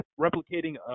replicating